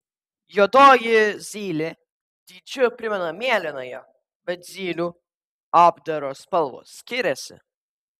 juodoji zylė dydžiu primena mėlynąją bet zylių apdaro spalvos skiriasi